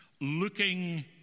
looking